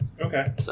Okay